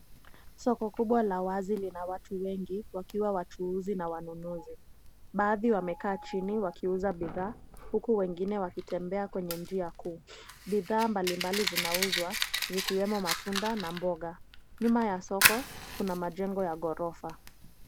Soko kubwa la wazi lina watu wengi wakiwa wachuuzi na wanunuzi, baadhi wamekaa chini wakiuza bidhaa huku wengine wakitebea kwenye njia kuu, bidhaa mbali mbali zinauzwa zikiwemo matunda na mboga, nyuma ya soko kuna majengo ya ghorofa.